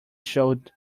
showed